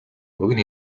богино